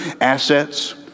assets